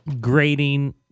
grading